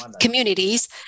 communities